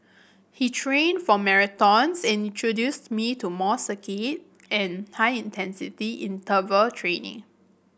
he trained for marathons and introduced me to more circuit and high intensity interval training